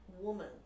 woman